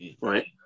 right